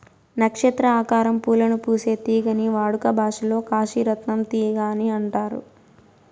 నక్షత్ర ఆకారం పూలను పూసే తీగని వాడుక భాషలో కాశీ రత్నం తీగ అని అంటారు